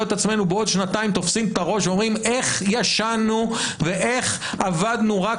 את עצמנו בעוד שנתיים תופסים את הראש ואומרים: איך ישנו ואיך עבדנו רק